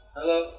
Hello